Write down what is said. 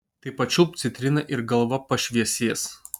tai pačiulpk citriną ir galva pašviesės